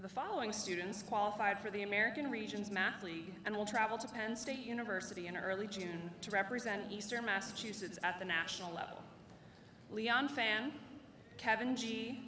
the following students qualified for the american regions math lee and will travel to penn state university in early june to represent eastern massachusetts at the national level leon fan kevin g